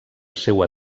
seua